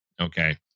Okay